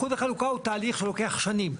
איחוד וחלוקה הוא תהליך שלוקח שנים.